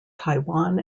taiwan